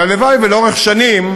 אבל הלוואי ולאורך שנים